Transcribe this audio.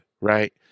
Right